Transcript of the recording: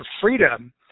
freedom